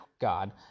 God